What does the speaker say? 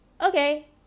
okay